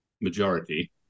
majority